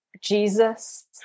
Jesus